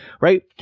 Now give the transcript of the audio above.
right